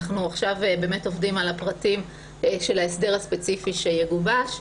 עכשיו אנחנו עובדים על הפרטים של ההסדר הספציפי שיגובש.